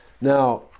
Now